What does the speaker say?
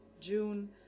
June